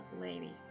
lady